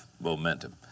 momentum